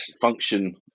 function